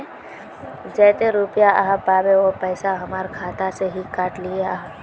जयते रुपया आहाँ पाबे है उ पैसा हमर खाता से हि काट लिये आहाँ?